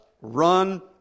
run